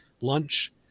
lunch